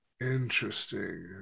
Interesting